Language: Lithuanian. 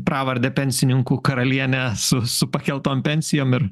pravardę pensininkų karalienė su su pakeltom pensijom ir